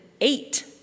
eight